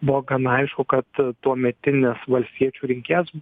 buvo gana aišku kad tuometinis valstiečių rinkėjas